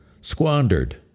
squandered